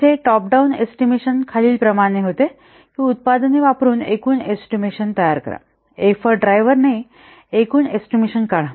येथे top down estimation खालीलप्रमाणे होता की उत्पादन वापरुन एकूण एस्टिमेशन तयार करा एफर्ट ड्राइवर ने एकूण एस्टिमेशन काढा